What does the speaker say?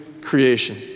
creation